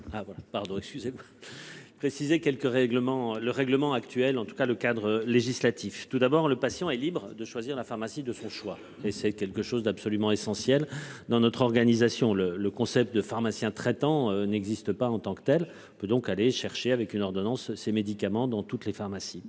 Ah bon, pardon excusez. Préciser quelques règlements le règlement actuel. En tout cas, le cadre législatif. Tout d'abord le patient est libre de choisir la pharmacie de son choix et c'est quelque chose d'absolument essentiel dans notre organisation le le concept de pharmaciens traitant n'existe pas en tant que telle peut donc aller chercher avec une ordonnance, ces médicaments dans toutes les pharmacies